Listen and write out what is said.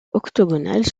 octogonale